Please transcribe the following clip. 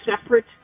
separate